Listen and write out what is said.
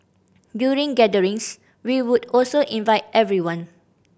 during gatherings we would also invite everyone